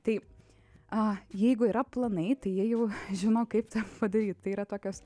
taip a jeigu yra planai tai jie jau žino kaip tą padaryt tai yra tokios